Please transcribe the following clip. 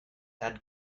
had